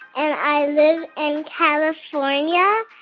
and i live in california.